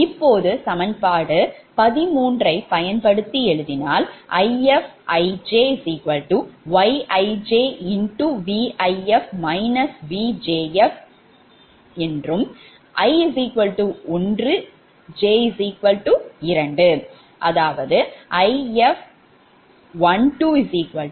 இப்போது சமன்பாடு 13 ஐப் பயன்படுத்தி எழுதினால் IfijYijVif Vjf 𝑖12 If12Y12V1f V2f Y120